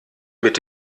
mit